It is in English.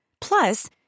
Plus